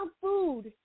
food